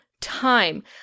time